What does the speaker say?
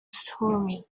stormy